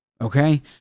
Okay